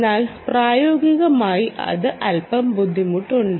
എന്നാൽ പ്രായോഗികമായി അത് അൽപ്പം ബുദ്ധിമുട്ടാണ്